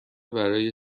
برای